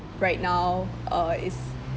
right now uh is